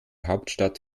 hauptstadt